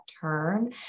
term